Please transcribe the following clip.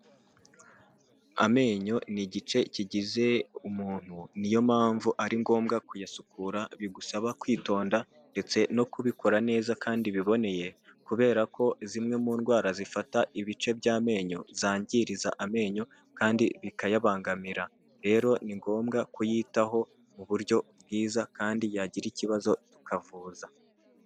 Amenyo ni igice kigize umuntu niyo mpamvu ari ngombwa kuyasukura bigusaba kwitonda ndetse no kubikora neza kandi biboneye, kubera ko zimwe mu ndwara zifata ibice by'amenyo zangiriza amenyo kandi bikayabangamira, rero ni ngombwa kuyitaho mu buryo bwiza kandi yagira ikibazo tukavuza.